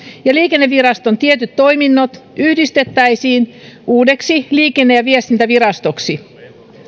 ja liikenneviraston tietyt toiminnot yhdistettäisiin uudeksi liikenne ja viestintävirastoksi